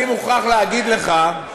אני מוכרח להגיד לך,